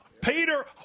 Peter